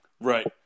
Right